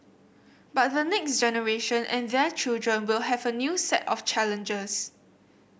but the next generation and their children will have a new set of challenges